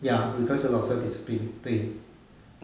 ya requires a lot of self discipline 对